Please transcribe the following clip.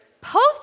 post